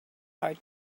hard